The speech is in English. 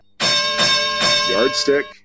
Yardstick